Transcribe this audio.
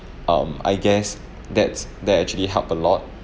um I guess that's that actually help a lot